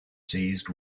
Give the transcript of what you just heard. seized